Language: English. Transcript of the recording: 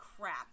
crap